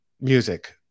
music